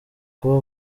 kuba